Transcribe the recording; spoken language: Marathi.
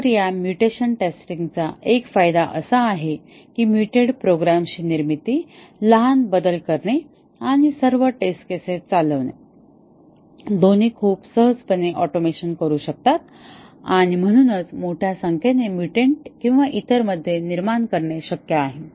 तर या म्युटेशन टेस्टिंग चा एक फायदा असा आहे की म्युटेड प्रोग्रामची निर्मिती लहान बदल करणे आणि सर्व टेस्ट केसेस चालवणे दोन्ही खूप सहजपणे ऑटोमेशन करू शकतात आणि म्हणूनच मोठ्या संख्येने मुटेंट किंवा इतर मध्ये निर्माण करणे शक्य आहे